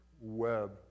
web